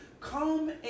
Come